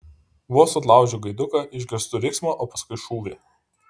vos atlaužiu gaiduką išgirstu riksmą o paskui šūvį